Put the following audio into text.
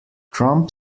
trump